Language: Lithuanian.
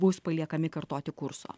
bus paliekami kartoti kurso